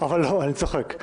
לא, אני צוחק.